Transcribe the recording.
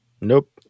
Nope